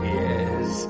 yes